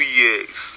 years